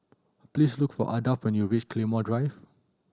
please look for Ardath when you reach Claymore Drive